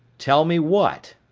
tell me what?